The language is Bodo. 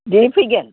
दिनै फैगोन